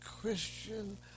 Christian